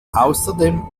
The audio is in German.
außerdem